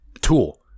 tool